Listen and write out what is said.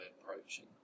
approaching